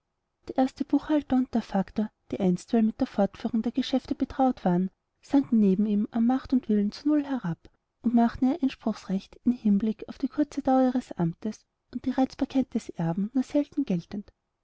der erste buchhalter und der faktor die einstweilen mit der fortführung der geschäfte betraut waren sanken neben ihm an macht und willen zur null herab und machten ihr einspruchsrecht im hinblick auf die kurze dauer ihres amtes und die reizbarkeit des erben nur selten geltend